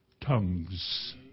tongues